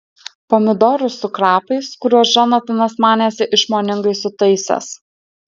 pomidorus su krapais kuriuos džonatanas manėsi išmoningai sutaisęs